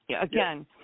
again